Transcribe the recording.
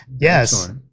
Yes